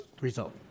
result